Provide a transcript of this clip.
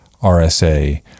RSA